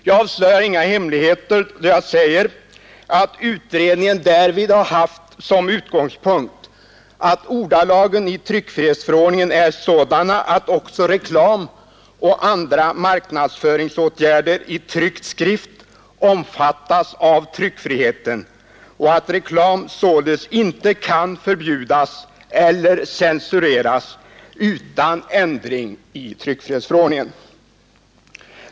Jag avslöjar inga hemligheter då jag säger att utredningen därvid har haft som utgångspunkt att ordalagen i tryckfrihetsförordningen är sådana att också reklam och andra marknadsföringsåtgärder i tryckt skrift omfattas av tryckfriheten och att reklam således inte kan förbjudas eller censureras utan ändring i tryckfrihetsförordningen.